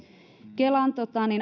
kelan